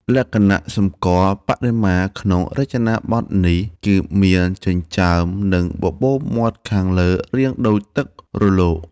លក្ខណៈសម្គាល់បដិមាក្នុងរចនាបថនេះ គឺមានចិញ្ចើម និងបបូរមាត់ខាងលើរាងដូចទឹករលក។